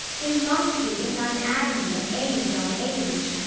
they mocked thee in thine agony of age on age.